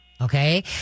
Okay